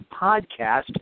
podcast